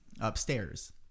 upstairs